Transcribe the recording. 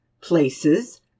places